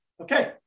Okay